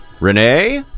Renee